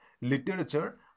Literature